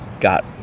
got